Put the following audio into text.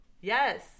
Yes